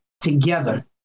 together